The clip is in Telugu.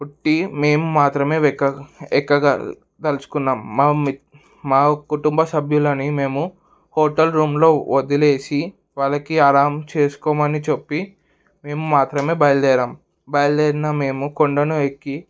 పొట్టి మేము మాత్రమే ఎక్క ఎక్కదలుచుకున్నాం మా మి మా కుటుంబ సభ్యులని మేము హోటల్ రూమ్లో వదిలేసి వాళ్ళకి ఆరాం చేసుకోమని చెప్పి మేము మాత్రమే బయలుదేరాం బయలుదేరిన మేము కొండను ఎక్కి